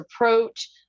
approach